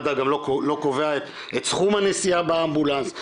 מד”א גם לא קובע את סכום הנסיעה באמבולנס,